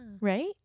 Right